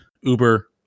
Uber